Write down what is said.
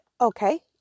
Okay